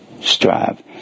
strive